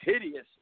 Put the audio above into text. hideous